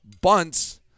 Bunts